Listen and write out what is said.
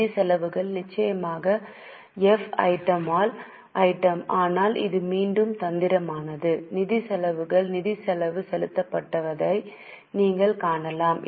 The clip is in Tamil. நிதி செலவுகள் நிச்சயமாக எஃப் ஐட்டம் ஆனால் இது மீண்டும் தந்திரமானது நிதி செலவுகள் நிதி செலவு செலுத்தப்படுவதை நீங்கள் காணலாம்